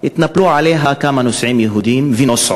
התנפלו עליה כמה נוסעים ונוסעות